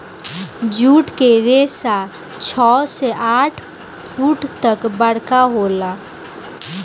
जुट के रेसा छव से आठ फुट तक बरका होला